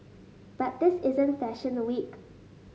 but this isn't fashion a week